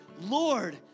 lord